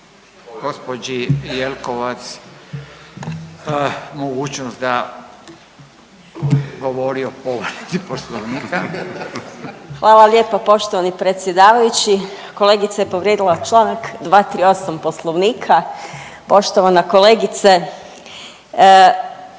dati gđi Jelkovac mogućnost da govori o povredi Poslovnika. **Jelkovac, Marija (HDZ)** Hvala lijepo poštovani predsjedavajući. Kolegice je povrijedila čl. 238 Poslovnika. Poštovana kolegice, hvala